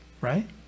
right